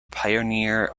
pioneer